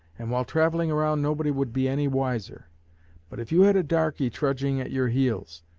and while travelling around nobody would be any wiser but if you had a darkey trudging at your heels,